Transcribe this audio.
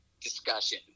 discussion